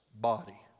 body